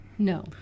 No